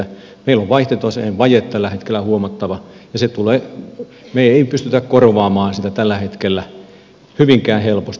meillä on vaihtotaseen vaje tällä hetkellä huomattava ja me emme pysty korvaamaan sitä tällä hetkellä kovinkaan helposti